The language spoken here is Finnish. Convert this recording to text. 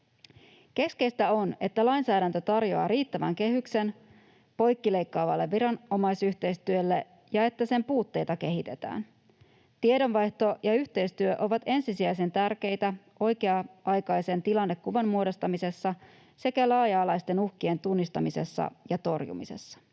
Keskeistä on se, että lainsäädäntö tarjoaa riittävän kehyksen poikkileikkaavalle viranomaisyhteistyölle ja että sen puutteita kehitetään. Tiedonvaihto ja yhteistyö ovat ensisijaisen tärkeitä oikea-aikaisen tilannekuvan muodostamisessa sekä laaja-alaisten uhkien tunnistamisessa ja torjumisessa.